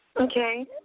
Okay